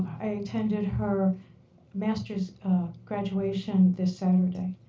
i attended her master's graduation this saturday.